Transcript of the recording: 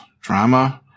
drama